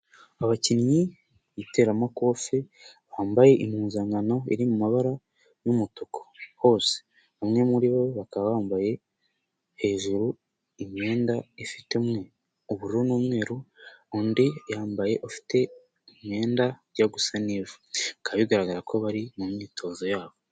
Abakinnyi b'iteramakofe, bambaye impuzankano iri mu mabara y'umutuku hose. Bamwe muri bo bakaba bambaye hejuru imyenda ifite uburu n'umweru. Undi yambaye ufite imyenda ijya gusa n'ivu. Bikaba bigaragara ko bari mu myitozo yabo.